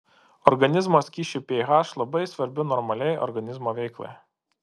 organizmo skysčių ph labai svarbi normaliai organizmo veiklai